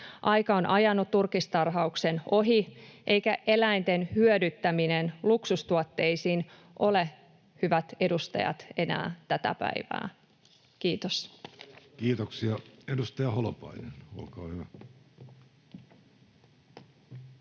Aika on ajanut turkistarhauksen ohi, eikä eläinten hyödyntäminen luksustuotteisiin ole, hyvät edustajat, enää tätä päivää. — Kiitos. [Speech